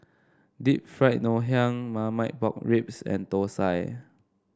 Deep Fried Ngoh Hiang Marmite Pork Ribs and Thosai